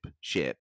ship